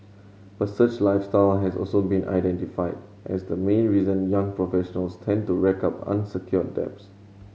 but such lifestyle has also been identified as the main reason young professionals tend to rack up unsecured debts